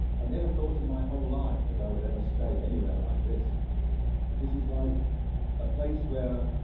i never thought in my whole life that i would ever stay anywhere like this this is like a place where